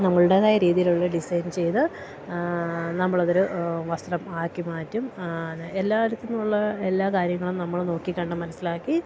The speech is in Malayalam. നമ്മളുടേതായ രീതിയിലുള്ള ഡിസൈൻ ചെയ്ത് നമ്മളതൊരു വസ്ത്രം ആക്കി മാറ്റും എല്ലായിടത്തുംനിന്നുള്ള എല്ലാ കാര്യങ്ങളും നമ്മൾ നോക്കിക്കണ്ട് മനസ്സിലാക്കി